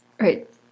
right